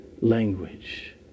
language